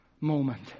moment